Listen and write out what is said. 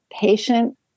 patient